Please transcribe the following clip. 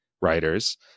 writers